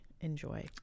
enjoy